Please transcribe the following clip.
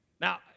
Now